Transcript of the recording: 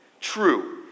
true